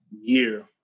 year